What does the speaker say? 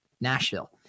Nashville